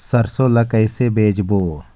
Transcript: सरसो ला कइसे बेचबो?